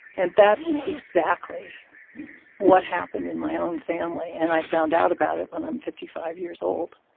and that's exactly what happened in my own family. and i found out about it when i'm fifty five years old.